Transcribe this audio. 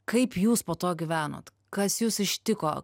kaip jūs po to gyvenot kas jus ištiko